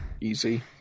easy